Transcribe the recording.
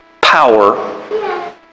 power